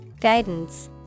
Guidance